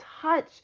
touch